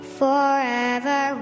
forever